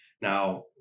Now